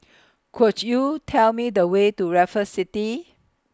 Could YOU Tell Me The Way to Raffles City